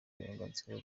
uburenganzira